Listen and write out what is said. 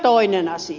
toinen asia